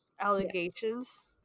allegations